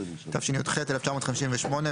התשי"ח-1958,